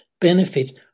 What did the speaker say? benefit